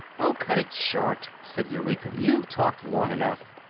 oh, cut it short, said eureka you've talked long enough.